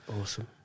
Awesome